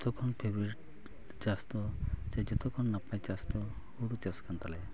ᱡᱚᱛᱚ ᱠᱷᱚᱱ ᱪᱟᱥ ᱫᱚ ᱥᱮ ᱡᱚᱛᱚᱠᱷᱚᱱ ᱱᱟᱯᱟᱭ ᱪᱟᱥ ᱫᱚ ᱦᱩᱲᱩ ᱪᱟᱥ ᱠᱟᱱ ᱛᱟᱞᱮᱭᱟ